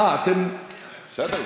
אה, אתם, בסדר.